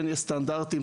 יש סטנדרטים,